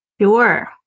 Sure